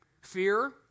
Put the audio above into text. Fear